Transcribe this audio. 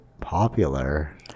popular